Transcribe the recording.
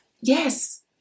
Yes